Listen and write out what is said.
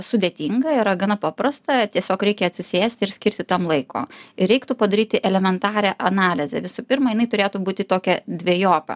sudėtinga yra gana paprasta tiesiog reikia atsisėsti ir skirti tam laiko ir reiktų padaryti elementarią analizę visų pirma jinai turėtų būti tokia dvejopa